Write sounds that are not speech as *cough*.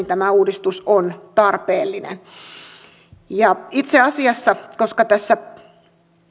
*unintelligible* tämä uudistus on tarpeellinen itse asiassa koska tässä